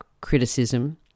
criticism